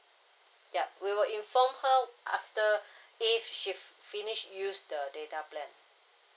yup we will inform her after if she finished used the data plan